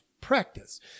practice